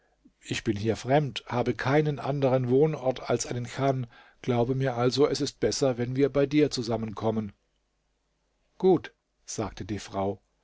ich bin hier fremd habe keinen anderen wohnort als einen chan glaube mir also es ist besser wenn wir bei dir zusammenkommen gut sagte die frau